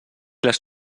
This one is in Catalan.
les